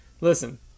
Listen